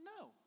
No